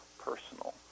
personal